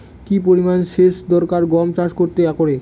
কি পরিমান সেচ দরকার গম চাষ করতে একরে?